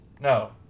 No